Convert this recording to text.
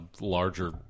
larger